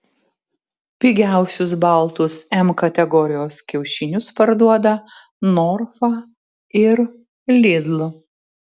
pigiausius baltus m kategorijos kiaušinius parduoda norfa ir lidl